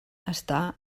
està